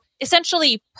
essentially